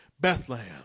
Bethlehem